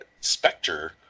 Spectre